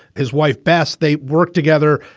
his wife best they worked together.